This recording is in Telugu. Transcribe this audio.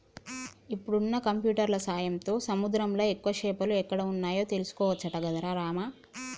ఇప్పుడున్న కంప్యూటర్ల సాయంతో సముద్రంలా ఎక్కువ చేపలు ఎక్కడ వున్నాయో తెలుసుకోవచ్చట గదరా రామా